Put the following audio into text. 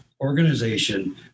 organization